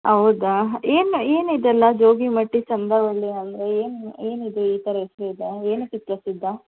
ಹೌದಾ ಏನು ಏನಿದೆಲ್ಲ ಜೋಗಿಮಟ್ಟಿ ಚಂದ್ರವಳ್ಳಿ ಅಂದರೆ ಏನು ಏನಿದೆ ಈ ಥರ ಹೆಸರೆಲ್ಲ ಏನಕ್ಕೆ ಇದು ಪ್ರಸಿದ್ಧ